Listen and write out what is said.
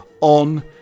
on